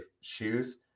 shoes